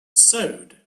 sewed